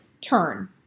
turn